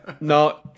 no